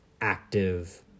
active